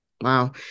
Wow